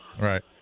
Right